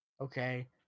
Okay